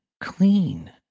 clean